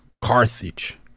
Carthage